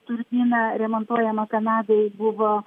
turbina remontuojama kanadoj buvo